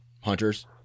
hunters